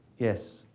yes.